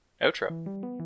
outro